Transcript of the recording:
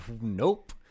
Nope